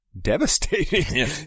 devastating